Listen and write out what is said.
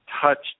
touched